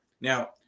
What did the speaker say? Now